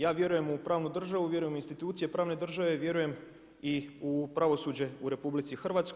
Ja vjerujem u pravnu državu, vjerujem u institucije pravne države, vjerujem i u pravosuđe u RH.